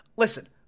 Listen